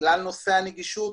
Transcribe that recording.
בגלל נושא הנגישות,